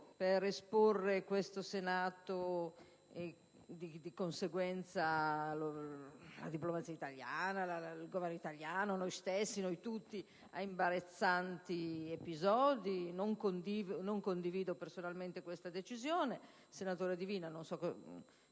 per esporre questo Senato - e di conseguenza la diplomazia italiana, il Governo italiano, noi stessi, noi tutti - ad imbarazzanti episodi. Non condivido personalmente la decisione assunta; mi pare dunque che